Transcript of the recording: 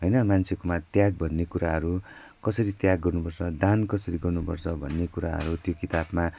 होइन मान्छेमा त्याग भन्ने कुराहरू कसरी त्याग गर्नुपर्छ दान कसरी गर्नुपर्छ भन्ने कुराहरू त्यो किताबमा